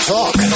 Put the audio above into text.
Talk